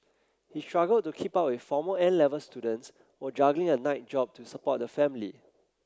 he struggled to keep up with former N Level students while juggling a night job to support the family